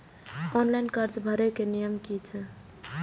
Online कर्जा भरे के नियम की छे?